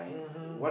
mmhmm